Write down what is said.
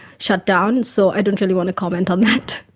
shut-down, so i don't really want to comment on that.